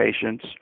patients